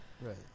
Right